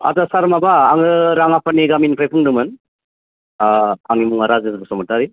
आतसा सार माबा आङो राङाफारनि गामिनिफ्राय बुंदोंमोन आह आंनि मुङा राजेन बसुमतारी